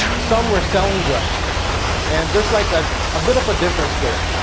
some were selling drugs and there is like ah a bit of a difference there.